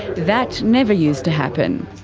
that never used to happen.